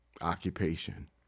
occupation